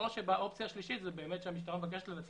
האופציה השלישית היא שהמשטרה מבקשת לנצל